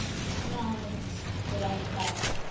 अपना हम सुरक्षा